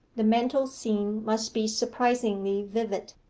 the mental scene must be surpassingly vivid.